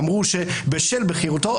אמרו שבשל בכירותו,